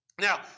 Now